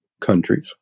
countries